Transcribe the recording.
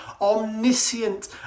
omniscient